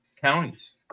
counties